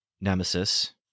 nemesis